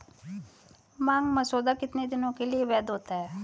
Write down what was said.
मांग मसौदा कितने दिनों के लिए वैध होता है?